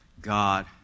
God